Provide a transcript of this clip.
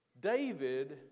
David